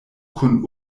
kun